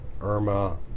Irma